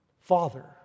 Father